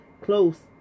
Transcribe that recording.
close